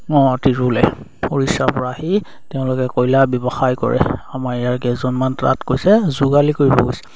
অঁ তিৰুলে উড়িষাৰ পৰা আহি তেওঁলোকে কয়লা ব্যৱসায় কৰে আমাৰ ইয়াৰ কেইজনমান তাত কৈছে যোগালী কৰিব গৈছে